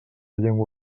llengua